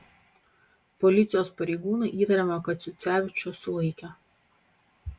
policijos pareigūnai įtariamą kaciucevičių sulaikė